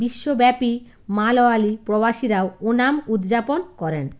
বিশ্বব্যাপী মালয়ালি প্রবাসীরাও ওনাম উদযাপন করেন